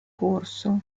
corso